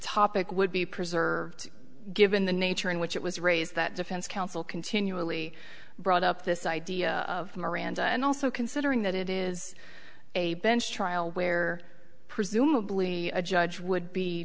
opic would be preserved given the nature in which it was raised that defense counsel continually brought up this idea of miranda and also considering that it is a bench trial where presumably a judge would be